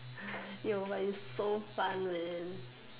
yo but is so fun man